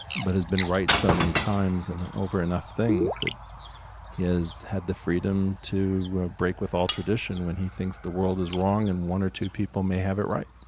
but has been right so many times and over enough things that he has had the freedom to break with all tradition when he thinks the world is wrong and one or two people may have it right,